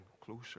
closer